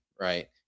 right